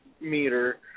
meter